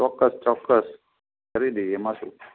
ચોક્કસ ચોક્કસ કરી દઈએ એમાં શું